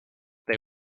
they